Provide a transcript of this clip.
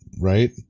right